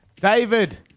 David